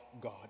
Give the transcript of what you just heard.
God